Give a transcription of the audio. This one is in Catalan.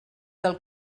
del